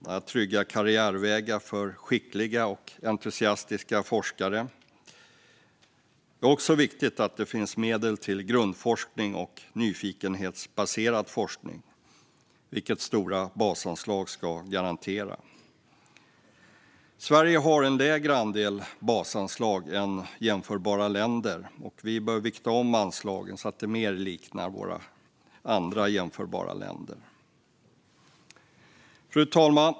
Det tryggar karriärvägar för skickliga och entusiastiska forskare. Det är också viktigt att det finns medel till grundforskning och nyfikenhetsbaserad forskning, vilket stora basanslag ska garantera. Sverige har en lägre andel basanslag än jämförbara länder. Vi bör vikta om anslagen så att de liknar de som finns i jämförbara länder. Fru talman!